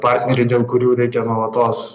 partneriai dėl kurių reikia nuolatos